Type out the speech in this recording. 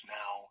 now